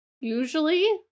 Usually